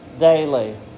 Daily